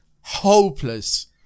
hopeless